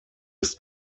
ist